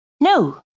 No